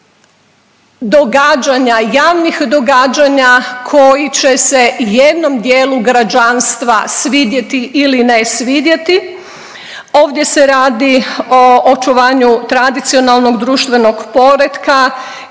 događanja, javnih događanja koji će se jednom dijelu građanstva svidjeti ili ne svidjeti. Ovdje se radi o očuvanju tradicionalnog društvenog poretka